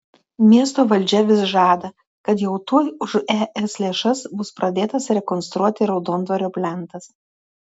miesto valdžia vis žada kad jau tuoj už es lėšas bus pradėtas rekonstruoti raudondvario plentas